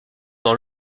dans